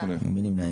7. מי נמנע?